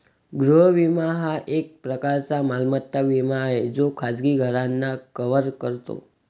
गृह विमा हा एक प्रकारचा मालमत्ता विमा आहे जो खाजगी घरांना कव्हर करतो